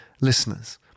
listeners